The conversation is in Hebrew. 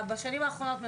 בשנים האחרונות,